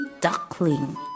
duckling